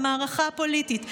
במערכה הפוליטית,